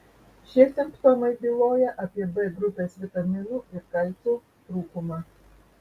šie simptomai byloja apie b grupės vitaminų ir kalcio trūkumą